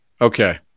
Okay